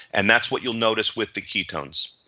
and that's what you will notice with the ketones.